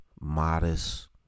modest